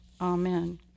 Amen